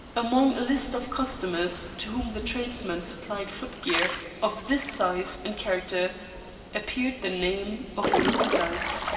among a list of customers to whom the tradesman supplied footgear of this size and character appeared the name of lady dyke.